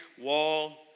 wall